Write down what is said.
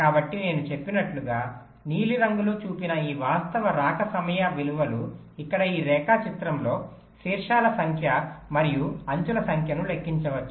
కాబట్టి నేను చెప్పినట్లుగా నీలిరంగులో చూపిన ఈ వాస్తవ రాక సమయ విలువలు ఇక్కడ ఈ రేఖాచిత్రంలో శీర్షాల సంఖ్య మరియు అంచుల సంఖ్యను లెక్కించవచ్చు